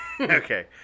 Okay